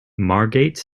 margate